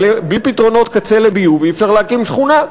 אבל בלי פתרונות קצה לביוב אי-אפשר להקים שכונה,